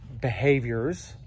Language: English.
behaviors